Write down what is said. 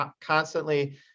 constantly